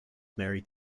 married